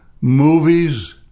movies